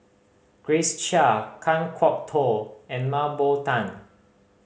Grace Chia Kan Kwok Toh and Mah Bow Tan